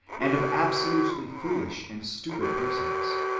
and of absolutely foolish and stupid persons.